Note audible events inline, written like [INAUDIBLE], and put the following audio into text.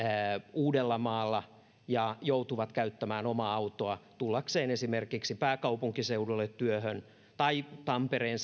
uudellamaalla ja joutuvat käyttämään omaa autoa tullakseen esimerkiksi pääkaupunkiseudulle tai tampereen [UNINTELLIGIBLE]